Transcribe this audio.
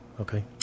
okay